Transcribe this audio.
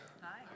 Hi